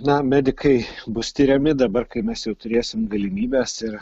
na medikai bus tiriami dabar kai mes jau turėsim galimybes ir